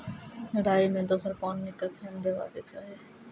राई मे दोसर पानी कखेन देबा के चाहि?